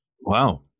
Wow